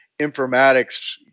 informatics